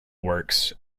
works